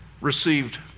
received